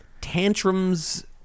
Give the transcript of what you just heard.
Tantrums